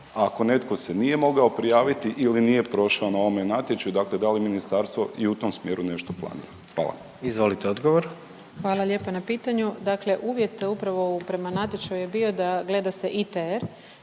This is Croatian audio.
ako netko se nije mogao prijaviti ili nije prošao na ovome natječaju, dakle da li ministarstvo i u tom smjeru nešto planira. Hvala. **Jandroković, Gordan (HDZ)** Izvolite odgovor. **Brnjac, Nikolina (HDZ)** Hvala lijepa na pitanju. Dakle uvjet upravo prema natječaju je bio da gleda se ITR